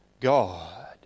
God